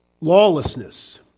lawlessness